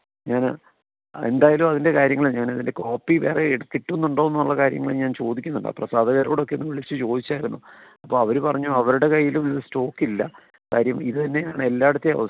ഞാൻ എന്തായാലും അതിൻ്റെ കാര്യങ്ങൾ ഞാൻ ഇതിൻ്റെ കോപ്പി വേറെ കിട്ടുന്നുണ്ടോ എന്നുള്ള കാര്യങ്ങൾ ഞാനത് ചോദിക്കുന്നുണ്ട് പ്രസാദകരോടൊക്കെ ഒന്നു വിളിച്ചു ചോദിച്ചായിരുന്നു അപ്പോൾ അവർ പറഞ്ഞു അവരുടെ കൈയ്യിലും സ്റ്റോക്ക് ഇല്ല കാര്യം ഇതു തന്നെയാണ് എല്ലായിടത്തെയും അവസ്ഥ